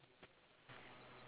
I don't know I